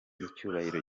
icyubahiro